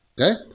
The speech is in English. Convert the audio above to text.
Okay